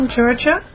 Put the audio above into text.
Georgia